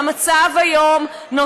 המצב היום הופך את היוצרות,